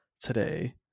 today